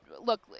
Look